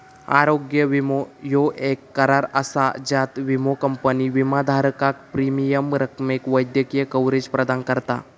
आरोग्य विमो ह्यो येक करार असा ज्यात विमो कंपनी विमाधारकाक प्रीमियम रकमेक वैद्यकीय कव्हरेज प्रदान करता